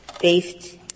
based